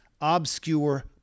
obscure